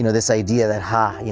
and this idea that, ha!